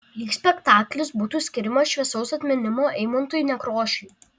lyg spektaklis būtų skiriamas šviesaus atminimo eimuntui nekrošiui